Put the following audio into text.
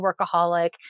workaholic